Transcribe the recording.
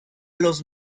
los